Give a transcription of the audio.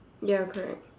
ya correct